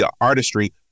artistry